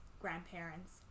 grandparents